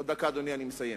עוד דקה, אדוני, אני מסיים.